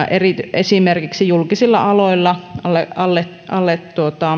esimerkiksi julkisilla aloilla alle alle